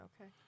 Okay